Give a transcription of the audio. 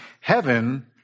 heaven